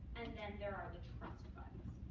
and then there are the trust funds.